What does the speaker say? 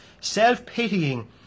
self-pitying